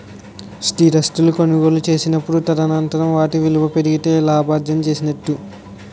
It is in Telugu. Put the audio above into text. స్థిరాస్తులు కొనుగోలు చేసినప్పుడు తదనంతరం వాటి విలువ పెరిగితే లాభార్జన చేసినట్టు